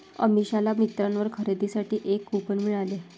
अमिषाला मिंत्रावर खरेदीसाठी एक कूपन मिळाले